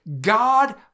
God